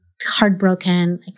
heartbroken